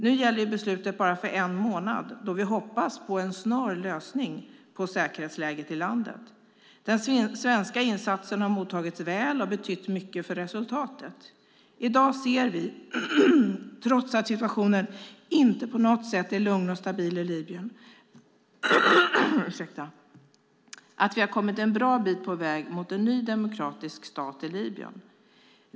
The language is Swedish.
Beslutet gäller bara för en månad, då vi hoppas på en snar lösning på säkerhetsläget i landet. Den svenska insatsen har mottagits väl och betytt mycket för resultatet. I dag ser vi, trots att situationen inte på något sätt är lugn och stabil i Libyen, att vi har kommit en bra bit på väg mot en ny demokratisk stat i Libyen.